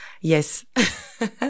Yes